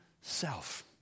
self